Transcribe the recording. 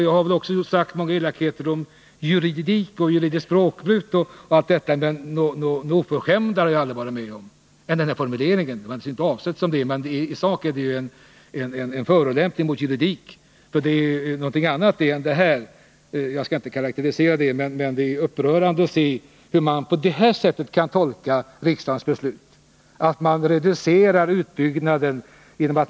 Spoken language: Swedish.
Jag har väl ibland sagt någon elakhet om juridik och juridiskt språkbruk och allt detta, men något oförskämdare har jag aldrig varit med om än den formuleringen. Det var naturligtvis inte avsett så, men i sak är det en förolämpning mot juridiskt språkbruk — som är något annat än detta. Jag skall inte försöka att karakterisera detta, men jag vill säga att det är upprörande att se hur man kan tolka riksdagens beslut på det här sättet.